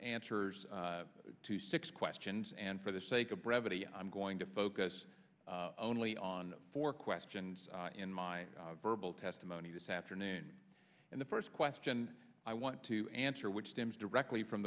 nswers to six questions and for the sake of brevity i'm going to focus only on four questions in my verbal testimony this afternoon and the first question i want to answer which stems directly from